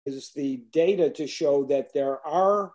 It's the data to show that there are